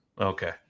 okay